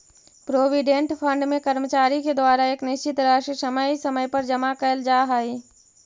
provident fund में कर्मचारि के द्वारा एक निश्चित राशि समय समय पर जमा कैल जा हई